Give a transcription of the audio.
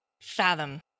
fathom